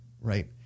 Right